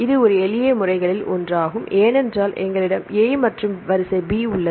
இது ஒரு எளிய முறைகளில் ஒன்றாகும் ஏனென்றால் எங்களிடம் A மற்றும் வரிசை B வரிசை உள்ளது